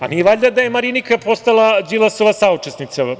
Nije valjda da je Marinika postala Đilasova saučesnica?